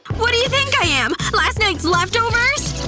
what do you think i am, last night's leftovers!